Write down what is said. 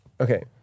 Okay